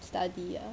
study ah